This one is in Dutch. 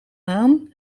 aan